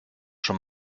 schon